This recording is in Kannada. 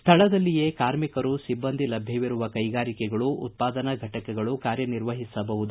ಸ್ಥಳದಲ್ಲಿಯೇ ಕಾರ್ಮಿಕರು ಸಿಬ್ಬಂದಿ ಲಭ್ಞವಿರುವ ಕೈಗಾರಿಕೆಗಳು ಉತ್ಪಾದನಾ ಫಟಕಗಳು ಕಾರ್ಯ ನಿರ್ವಹಿಸಬಹುದು